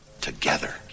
together